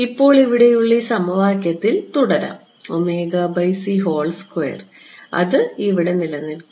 ഇപ്പോൾ നമുക്ക് ഇവിടെയുള്ള ഈ സമവാക്യത്തിൽ തുടരാം അത് ഇവിടെ നിലനിൽക്കും